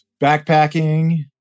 backpacking